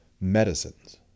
medicines